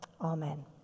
Amen